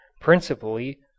principally